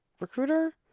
recruiter